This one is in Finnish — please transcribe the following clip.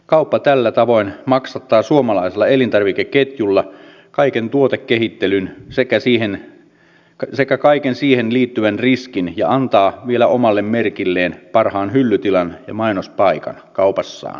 kauppa tällä tavoin maksattaa suomalaisella elintarvikeketjulla kaiken tuotekehittelyn sekä kaiken siihen liittyvän riskin ja antaa vielä omalle merkilleen parhaan hyllytilan ja mainospaikan kaupassaan